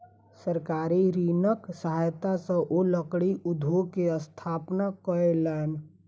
सरकारी ऋणक सहायता सॅ ओ लकड़ी उद्योग के स्थापना कयलैन